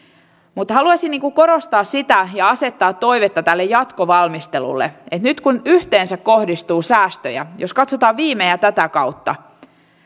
mutta haluaisin korostaa sitä ja asettaa toiveen jatkovalmistelulle että nyt kun yhteensä kohdistuu säästöjä jos katsotaan viime ja tätä kautta